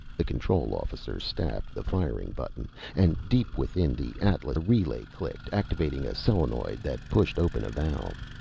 the control officer stabbed the firing button and deep within the atlas a relay clicked, activating a solenoid that pushed open a valve.